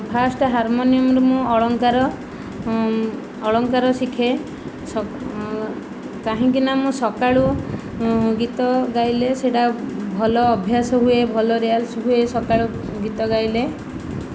first ହାରମୋନୀୟମରେ ମୁଁ ଅଳଙ୍କାର ଅଳଙ୍କାର ଶିଖେ କାହିଁକିନା ମୁଁ ସକାଳୁ ଗୀତ ଗାଇଲେ ସେଇଟା ଭଲ ଅଭ୍ୟାସ ହୁଏ ଭଲ ରିୟଲସ ହୁଏ ସକାଳୁ ଗୀତ ଗାଇଲେ